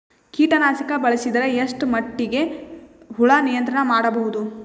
ಕೀಟನಾಶಕ ಬಳಸಿದರ ಎಷ್ಟ ಮಟ್ಟಿಗೆ ಹುಳ ನಿಯಂತ್ರಣ ಮಾಡಬಹುದು?